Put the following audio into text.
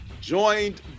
joined